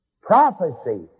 prophecy